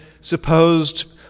supposed